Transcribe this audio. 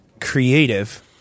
creative